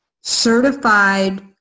certified